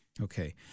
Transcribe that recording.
Okay